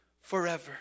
forever